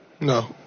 No